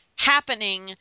happening